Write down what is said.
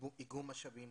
איגום משאבים,